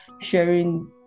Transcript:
sharing